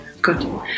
Good